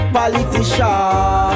Politician